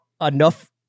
enough